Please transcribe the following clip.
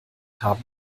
haben